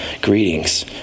greetings